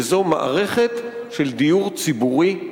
וזו מערכת של דיור ציבורי,